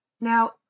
Now